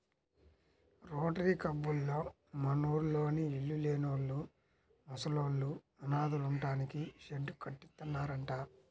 rotary కబ్బోళ్ళు మనూర్లోని ఇళ్ళు లేనోళ్ళు, ముసలోళ్ళు, అనాథలుంటానికి షెడ్డు కట్టిత్తన్నారంట